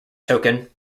token